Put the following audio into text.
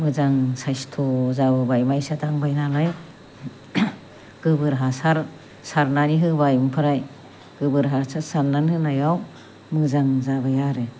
मोजां सायस्थ' जाबोबाय माइसा दांबाय नालाय गोबोर हासार सारनानै होबाय ओमफ्राय गोबोर हासार सारनानै होनायाव मोजां जाबाय आरो